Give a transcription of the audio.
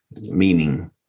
meaning